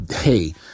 hey